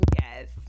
Yes